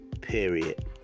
period